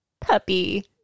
puppy